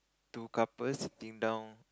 two couples sitting down